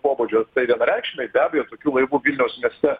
pobūdžio vienareikšmiai be abejo tokių laivų vilniaus mieste